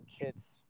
kids